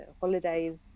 holidays